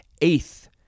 eighth